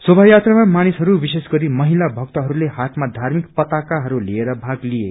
शेभा यात्राामा मानिसहरू विशेष गरी महिला भक्तहरूले हातमा धार्मिक पताकाहरू लिएर भाग लिए